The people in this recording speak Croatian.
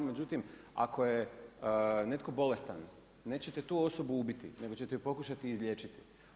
Međutim, ako je netko bolestan, nećete tu osobu ubiti, nego ćete ju pokušati izliječiti.